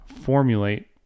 formulate